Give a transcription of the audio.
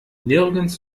nirgends